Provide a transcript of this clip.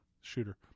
shooter